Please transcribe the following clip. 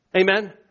Amen